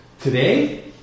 Today